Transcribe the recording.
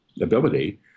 ability